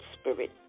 spirit